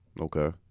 Okay